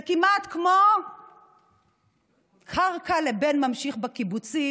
זה כמעט כמו קרקע לבן ממשיך בקיבוצים,